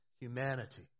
humanity